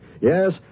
Yes